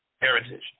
heritage